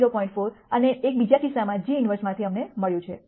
4 અને એક બીજા કિસ્સામાં g ઇન્વર્સમાંથી અમને મળ્યું છે